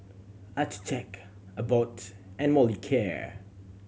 Accucheck Abbott and Molicare